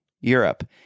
Europe